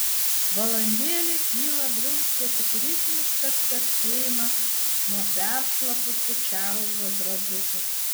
valandėlę tylą drumstė tik ritmiškas kapsėjimas nuo peršlapusių čarlzo drabužių